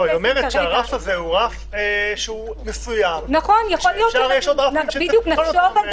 היא אומרת שזה רף מסוים ויש עוד רבים שצריך לשקול אותם.